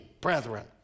brethren